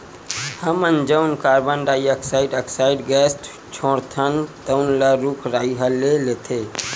हमन जउन carbon dioxide oxide gas छोड़थन तउन ल रूख राई ह ले लेथे